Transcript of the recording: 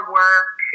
work